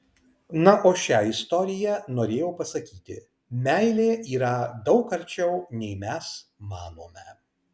na o šia istorija norėjau pasakyti meilė yra daug arčiau nei mes manome